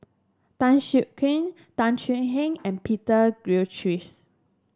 Tan Siak Kew Tan Thuan Heng and Peter Gilchrist